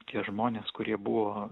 tie žmonės kurie buvo